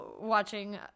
watching